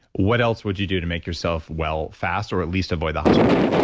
what else would you do to make yourself well fast, or at least avoid the hospital?